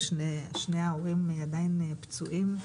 ושני ההורים עדיין פצועים.